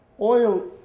Oil